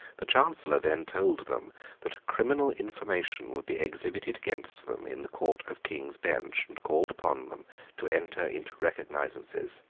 the chancellor then told them that a criminal information would be exhibited against them in the court of king's bench, and called upon them to enter into recognisances.